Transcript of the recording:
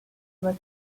were